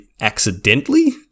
accidentally